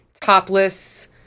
topless